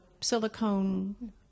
silicone